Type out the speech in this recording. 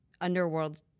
underworld